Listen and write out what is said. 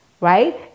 Right